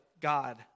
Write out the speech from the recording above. God